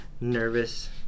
Nervous